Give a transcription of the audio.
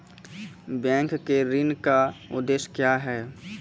Bank के ऋण का उद्देश्य क्या हैं?